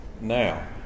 Now